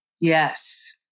Yes